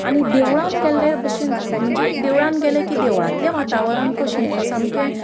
आनी देवळान गेल्ले भशेन म्हणजे देवळान गेले की देवळांतलें वातावरण कशें सामकें